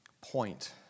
Point